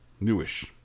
newish